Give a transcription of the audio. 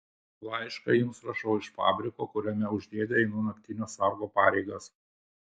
laišką jums rašau iš fabriko kuriame už dėdę einu naktinio sargo pareigas